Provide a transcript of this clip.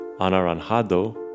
anaranjado